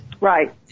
Right